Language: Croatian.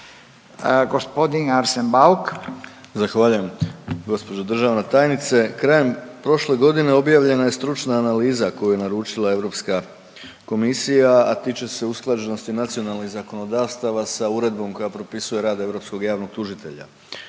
**Bauk, Arsen (SDP)** Zahvaljujem gospođo državna tajnice. Krajem prošle godine objavljena je stručna analiza koju je naručila Europska komisija, a tiče se usklađenosti nacionalnih zakonodavstava sa uredbom koja propisuje rad Europskog javnog tužitelja.